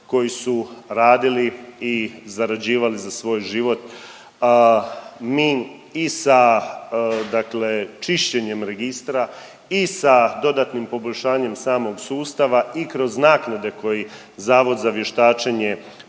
koji su radili i zarađivali za svoj život. Mi i sa dakle čišćenjem registra i sa dodatnim poboljšanjem samog sustava i kroz naknade koji Zavod za vještačenje,